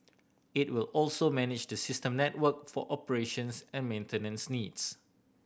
it will also manage the system network for operations and maintenance needs